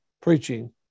preaching